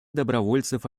добровольцев